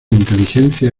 inteligencia